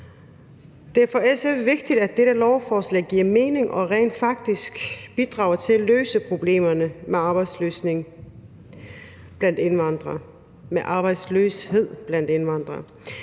Det er for SF vigtigt, at dette lovforslag giver mening og rent faktisk bidrager til at løse problemerne med arbejdsløshed blandt indvandrere.